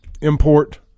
import